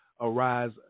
arise